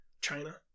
China